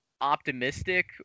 optimistic